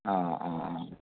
ആ ആ ആ